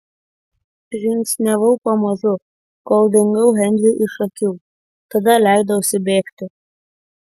žingsniavau pamažu kol dingau henriui iš akių tada leidausi bėgti